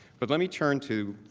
but let me turn to